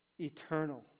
eternal